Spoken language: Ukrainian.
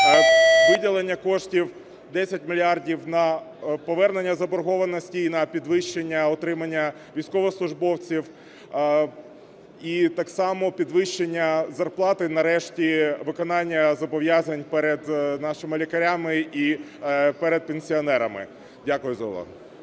виділення коштів 10 мільярдів на повернення заборгованості і на підвищення утримання військовослужбовців, і так само підвищення зарплати, нарешті виконання зобов'язань перед нашими лікарями і перед пенсіонерами. Дякую за увагу.